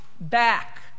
back